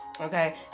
okay